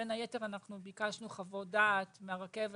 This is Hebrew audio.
בין היתר אנחנו ביקשנו חוות דעת מהרכבת,